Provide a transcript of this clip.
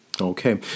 Okay